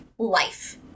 life